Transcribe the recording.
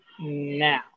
now